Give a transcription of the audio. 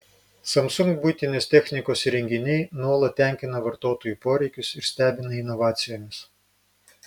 samsung buitinės technikos įrenginiai nuolat tenkina vartotojų poreikius ir stebina inovacijomis